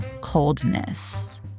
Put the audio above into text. coldness